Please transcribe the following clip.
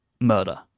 murder